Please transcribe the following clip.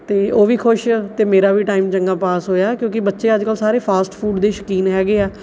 ਅਤੇ ਉਹ ਵੀ ਖੁਸ਼ ਅਤੇ ਮੇਰਾ ਵੀ ਟਾਈਮ ਚੰਗਾ ਪਾਸ ਹੋਇਆ ਕਿਉਂਕਿ ਬੱਚੇ ਅੱਜ ਕੱਲ੍ਹ ਸਾਰੇ ਫਾਸਟ ਫੂਡ ਦੀ ਸ਼ੌਕੀਨ ਹੈਗੇ ਆ